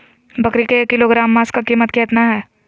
बकरी के एक किलोग्राम मांस का कीमत कितना है?